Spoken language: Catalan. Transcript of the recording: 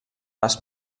les